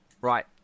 Right